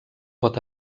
pot